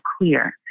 clear